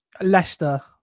Leicester